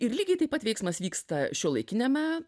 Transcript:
ir lygiai taip pat veiksmas vyksta šiuolaikiniame